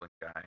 guy